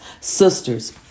Sisters